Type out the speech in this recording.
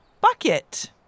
bucket